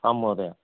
आम् महोदय